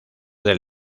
del